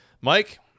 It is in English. Mike